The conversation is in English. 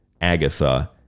Agatha